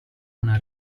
una